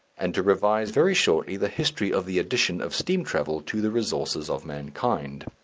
and to revise very shortly the history of the addition of steam travel to the resources of mankind.